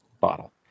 bottle